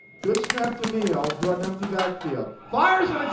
good snap to meehl, who had an empty backfield. fires ah